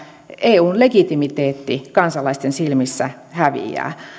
eun legitimiteetti kansalaisten silmissä häviää